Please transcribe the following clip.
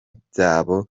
byabo